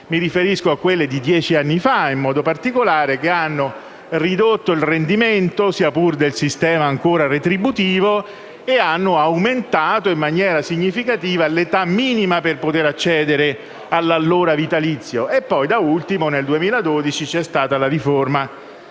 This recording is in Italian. mi riferisco a quelle di dieci anni fa, in modo particolare, che hanno ridotto il rendimento, sia pur del sistema ancora retributivo, e hanno aumentato in maniera significativa l'età minima per poter accedere all'allora vitalizio. Da ultimo, nel 2012 vi è stata la riforma